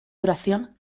duración